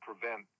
prevent